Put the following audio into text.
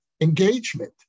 engagement